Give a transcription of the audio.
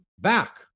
back